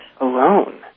alone